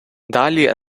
далі